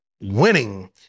winning